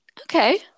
Okay